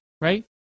right